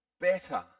better